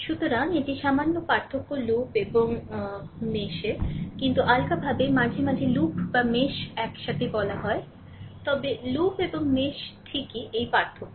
সুতরাং এটি সামান্য পার্থক্য লুপ এবং মেশ কিন্তু আলগাভাবে মাঝে মাঝে লুপ বা মেশ হয় তবে লুপ এবং মেশ ঠিক এই পার্থক্য